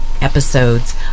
episodes